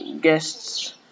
guests